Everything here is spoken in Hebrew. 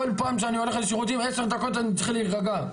כל פעם שאני הולך לשירותים עשר דקות אני צריך להירגע.